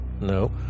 no